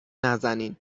نزنین